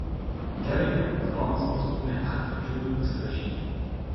gerai adomas pastūmė aktą džiugui pasirašyti